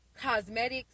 cosmetics